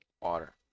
Water